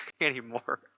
anymore